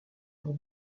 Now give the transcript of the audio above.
pour